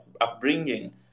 upbringing